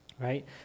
right